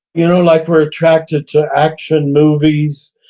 you know like we're attracted to action movies,